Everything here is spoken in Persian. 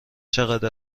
چقدر